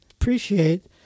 appreciate